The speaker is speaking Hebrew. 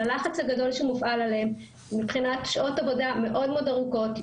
ללחץ הגדול שמופעל עליהם מבחינת שעות עבודה מאוד ארוכות,